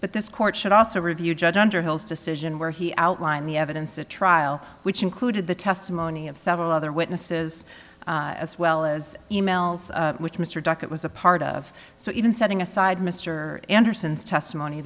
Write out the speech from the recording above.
but this court should also review judge under his decision where he outlined the evidence at trial which included the testimony of several other witnesses as well as e mails which mr duckett was a part of so even setting aside mr anderson's testimony